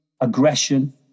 aggression